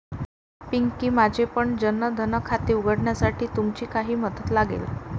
पिंकी, माझेपण जन धन खाते उघडण्यासाठी तुमची काही मदत लागेल